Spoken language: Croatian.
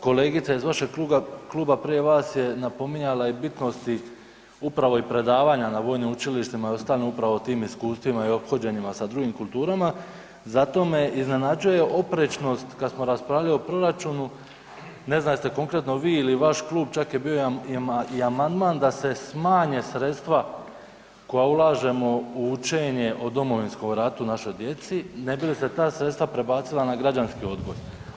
Kolegica iz vašeg kluba prije vas je napominjala i bitnosti upravo i predavanja na vojnim učilištima i ostalim upravo o tim iskustvima i ophođenjima sa drugim kulturama, zato me iznenađuje oprečnost kad smo raspravljali o proračunu, ne znam jeste konkretno vi ili vaš klub, čak je bio i amandman da se smanje sredstva koja ulažemo u učenje o Domovinskom ratu našoj djeci, ne bi li se ta sredstva prebacila na građanski odgoj.